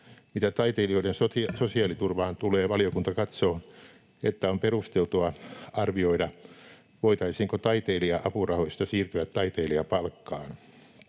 Mitä taiteilijoiden sosiaaliturvaan tulee, valiokunta katsoo, että on perusteltua arvioida, voitaisiinko taiteilija-apurahoista siirtyä taiteilijapalkkaan.